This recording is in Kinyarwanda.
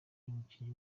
umukinnyi